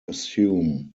assume